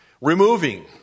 removing